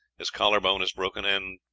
his collarbone is broken, and,